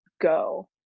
go